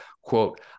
Quote